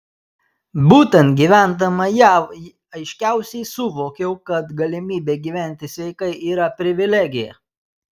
būtent gyvendama jav aiškiausiai suvokiau kad galimybė gyventi sveikai yra privilegija